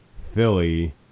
Philly